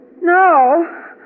No